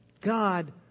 God